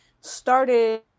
started